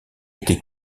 été